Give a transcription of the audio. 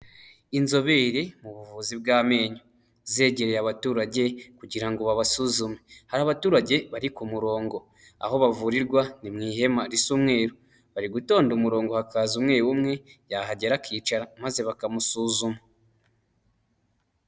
Inzobere mu buvuzi bw'amenyo zegereye abaturage kugira ngo babasuzume, hari abaturage bari ku murongo aho bavurirwa ni mu ihema risa umweru, bari gutonda umurongo hakaza umwe umwe yahagera akicara maze bakamusuzuma.